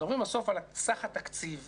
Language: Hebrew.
כשמדברים בסוף על סך התקציב,